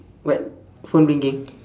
what phone ringing